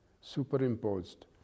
superimposed